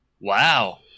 Wow